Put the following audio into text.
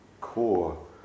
core